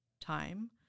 time